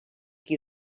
qui